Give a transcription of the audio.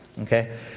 Okay